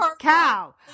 cow